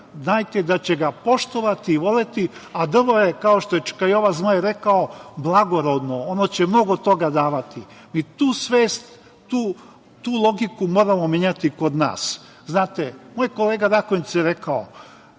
da će ga poštovati i voleti, a drvo je, kao što je čika Jova Zmaj rekao, blagorodno, ono će mnogo toga davati. Tu svest, tu logiku moramo menjati kod nas. Znate, moj kolega Rakonjac je rekao,